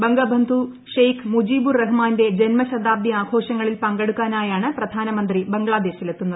ബംഗബന്ധു ഷെയ്ഖ് മുജീബുർ റഹ്മാന്റെ ജന്മശത്രൂബ്ദി ആഘോഷങ്ങളിൽ പങ്കെടുക്കാ നായാണ് പ്രധാനമന്ത്രിപൂ ബ്ംഗ്ലാദേശിൽ എത്തുന്നത്